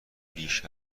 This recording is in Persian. بیش